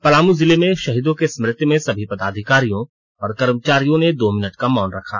पलामू जिले में शहीदों के स्मृति में सभी पदाधिकारियों और कर्मचारियों ने दो मिनट का मौन रखा